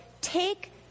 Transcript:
take